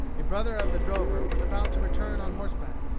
a brother of the drover was about to return on horseback.